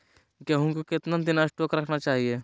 गेंहू को कितना दिन स्टोक रखना चाइए?